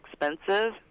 expensive